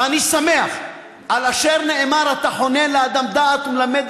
ואני שמח על אשר נאמר: "אתה חונן לאדם דעת ומלמד